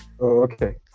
okay